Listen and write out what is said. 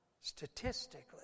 Statistically